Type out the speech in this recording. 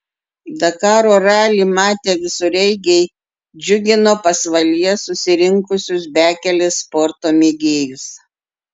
dakaro ralį matę visureigiai džiugino pasvalyje susirinkusius bekelės sporto mėgėjus